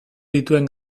dituen